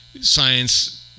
science